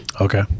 Okay